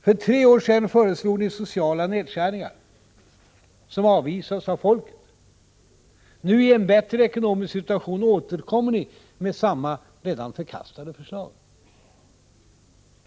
För tre år sedan föreslog ni sociala nedskärningar, som avvisades av folket. Nu — i en bättre ekonomisk situation — återkommer ni med samma, redan förkastade förslag.